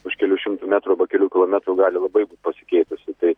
už kelių šimtų metrų arba kelių kilometrų gali labai būt pasikeitusi tai